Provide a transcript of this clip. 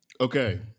Okay